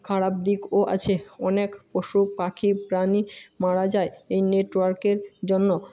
খারাপ দিকও আছে অনেক পশুপাখি প্রাণী মারা যায় এই নেটওয়ার্কের জন্য